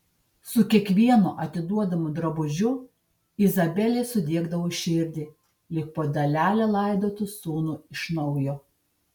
su kiekvienu atiduodamu drabužiu izabelei sudiegdavo širdį lyg po dalelę laidotų sūnų iš naujo